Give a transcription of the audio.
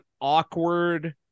awkward